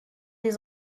les